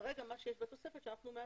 כרגע מה שיש בתוספת, ואנחנו מאשרים,